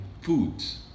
foods